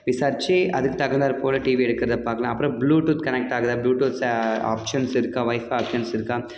விசாரித்து அதுக்கு தகுந்தாற்போல் டிவி எடுக்கிறதப் பார்க்கலாம் அப்புறம் ப்ளூடூத் கனெக்ட் ஆகுதா ப்ளூடூத் ஆப்ஷன்ஸ் இருக்கா ஒய்ஃபை ஆப்ஷன்ஸ் இருக்கா